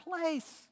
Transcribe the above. place